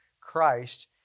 Christ